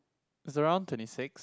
it's around twenty six